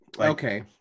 Okay